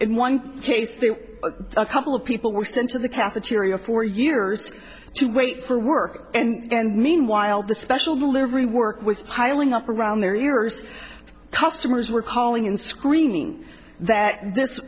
in one case a couple of people were sent to the cafeteria for years to wait for work and meanwhile the special delivery work was heiling up around their ears customers were calling in screaming that this